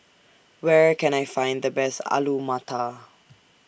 Where Can I Find The Best Alu Matar